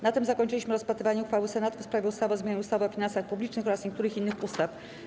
Na tym zakończyliśmy rozpatrywanie uchwały Senatu w sprawie ustawy o zmianie ustawy o finansach publicznych oraz niektórych innych ustaw.